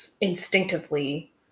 instinctively